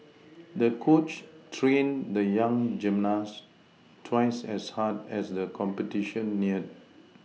the coach trained the young gymnast twice as hard as the competition neared